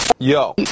Yo